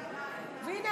והינה,